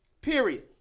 Period